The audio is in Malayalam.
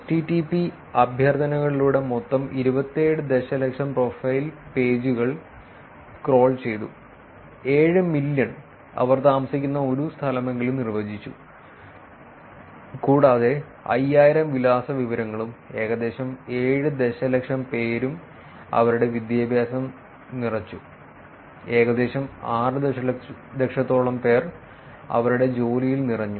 HTTP അഭ്യർത്ഥനകളിലൂടെ മൊത്തം 27 ദശലക്ഷം പ്രൊഫൈൽ പേജുകൾ ക്രോൾ ചെയ്തു 7 മില്യൺ അവർ താമസിക്കുന്ന ഒരു സ്ഥലമെങ്കിലും നിർവചിച്ചു കൂടാതെ 5000 വിലാസ വിവരങ്ങളും ഏകദേശം 7 ദശലക്ഷം പേരും അവരുടെ വിദ്യാഭ്യാസം നിറച്ചു ഏകദേശം 6 ദശലക്ഷത്തോളം പേർ അവരുടെ ജോലിയിൽ നിറഞ്ഞു